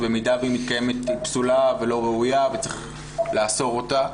שבמידה שהיא מתקיימת היא פסולה ולא ראויה וצריך לאסור אותה.